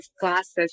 glasses